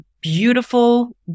beautiful